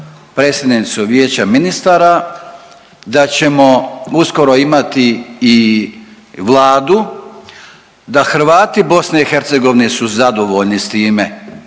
predsjednicu Vijeća ministara, da ćemo uskoro imati i vladu da Hrvati BiH su zadovoljni s time,